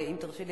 ואם תרשי לי,